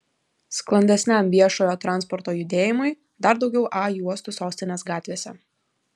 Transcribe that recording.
sklandesniam viešojo transporto judėjimui dar daugiau a juostų sostinės gatvėse